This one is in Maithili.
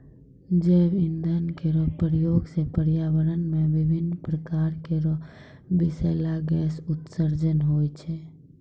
जैव इंधन केरो प्रयोग सँ पर्यावरण म विभिन्न प्रकार केरो बिसैला गैस उत्सर्जन होय छै